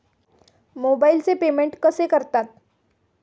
मोबाइलचे पेमेंट कसे करतात?